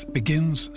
begins